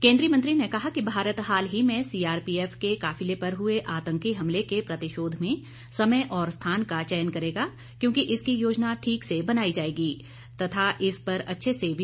केंद्रीय मंत्री ने कहा कि भारत हाल ही में सीआरपीएफ के काफिले पर हुए आतंकी हमले के प्रतिशोध में समय और स्थान का चयन करेगा क्योंकि इसकी योजना ठीक से बनाई जाएगी तथा इस पर अच्छे से विचार किया जाएगा